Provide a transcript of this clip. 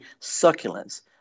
succulents